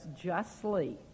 justly